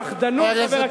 פחדנות, חבר הכנסת